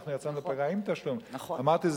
אנחנו יצאנו לפגרה עם תשלום, נכון.